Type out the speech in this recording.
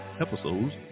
episodes